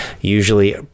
Usually